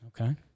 Okay